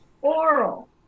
oral